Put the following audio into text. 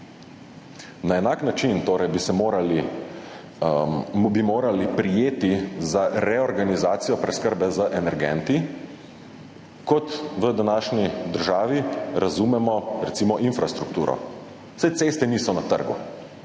Na enak način bi torej morali prijeti za reorganizacijo preskrbe z energenti, kot v današnji državi razumemo recimo infrastrukturo. Saj ceste niso na trgu.